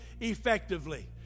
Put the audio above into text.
effectively